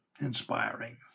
inspiring